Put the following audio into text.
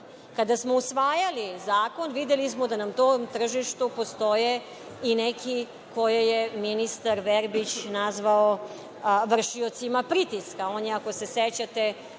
Kada smo usvajali zakon, videli smo da na tom tržištu postoje i neki koje je ministar Verbić nazvao vršiocima pritiska.